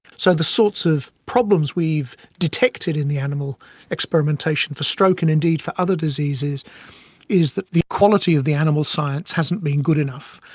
so the sorts of problems we've detected in the animal experimentation for stroke and indeed for other diseases is that the quality of the animal science hasn't been good enough.